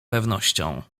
pewnością